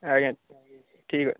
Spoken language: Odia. ଆଜ୍ଞା ଠିକ୍ ଅଛି